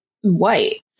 white